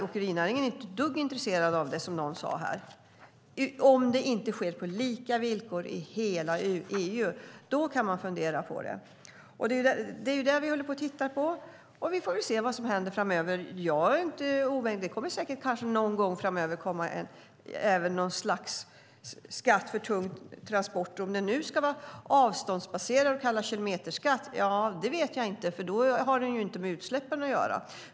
Åkerinäringen är inte ett dugg intresserad av det, som någon sade, om det inte sker på lika villkor i hela EU - då kan man fundera på det. Det är det vi håller på att titta på. Vi får se vad som händer framöver. Jag är inte omöjlig. Det kommer kanske någon gång framöver något slags skatt för tunga transporter. Om det ska vara avståndsbaserat och kallas kilometerskatt vet jag inte, för då har det inte med utsläppen att göra.